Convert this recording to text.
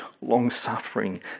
long-suffering